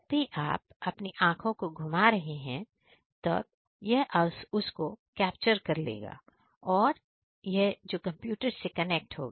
जब भी आप अपनी आंखें को घुमा रहे हैं तब यह उसको कैप्चर कर लेगा जो कंप्यूटर से कनेक्ट होगा